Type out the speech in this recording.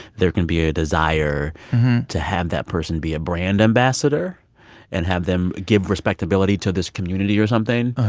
there can be a desire to have that person be a brand ambassador and have them give respectability to this community or something.